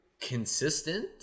consistent